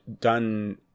done